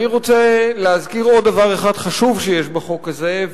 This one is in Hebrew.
אני רוצה להזכיר עוד דבר אחד חשוב שיש בחוק הזה,